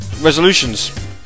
resolutions